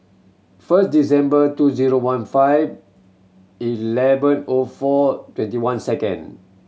first December two zero one five eleven O four twenty one second